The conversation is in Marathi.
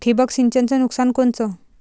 ठिबक सिंचनचं नुकसान कोनचं?